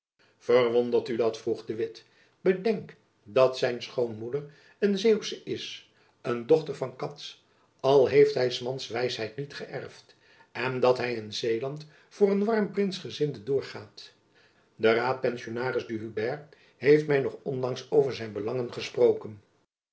verwondert u dat vroeg de witt bedenk dat zijn schoonmoeder een zeeuwsche is een dochter van cats al heeft hy s mans wijsheid niet geërfd en dat hy in zeeland voor een warm prinsgezinde doorgaat de raadpensionaris de huybert heeft my nog onlangs over zijn belangen gesproken